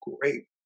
great